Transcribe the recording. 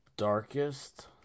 Darkest